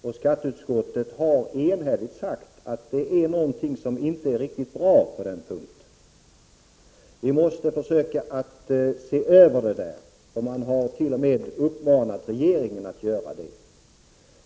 Och skatteutskottet har enhälligt sagt att det är någonting som inte är riktigt bra på den punkten, att vi måste se över detta — och man har t.o.m. uppmanat regeringen att göra det.